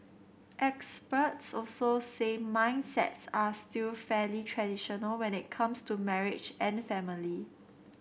experts also say mindsets are still fairly traditional when it comes to marriage and family